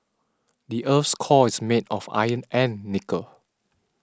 the earth's core is made of iron and nickel